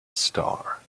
star